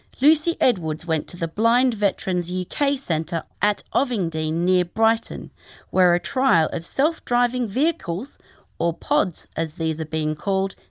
lucy edwards went to the blind veterans yeah uk centre at ovingdean near brighton where a trial of self-driving vehicles or pods, as these are being called,